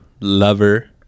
lover